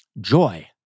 joy